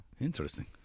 Interesting